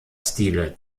stile